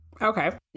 okay